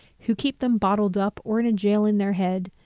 who keep them bottled up or in jail in their head.